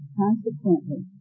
consequently